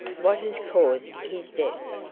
what has caused his death?